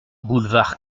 boulevard